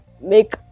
make